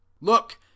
look